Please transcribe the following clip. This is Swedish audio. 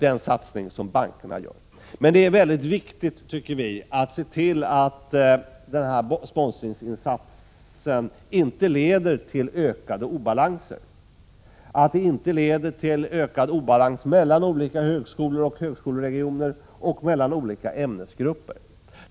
Men det är viktigt att se till att denna sponsringsinsats inte leder till ökade obalanser mellan olika högskolor och högskoleregioner och mellan olika ämnesgrupper.